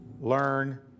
learn